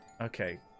okay